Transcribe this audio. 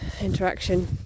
interaction